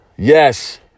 Yes